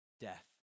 Death